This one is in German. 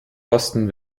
osten